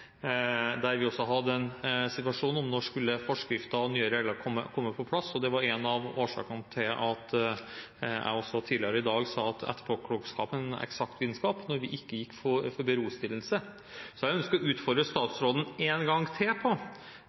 om når forskriftene skulle komme på plass. Det var en av årsakene til at jeg tidligere i dag sa at etterpåklokskap er en eksakt vitenskap, da vi ikke gikk inn for berostillelse. Det jeg ønsker å utfordre statsråden en gang til på,